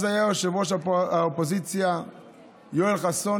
אז היה יושב-ראש האופוזיציה יואל חסון,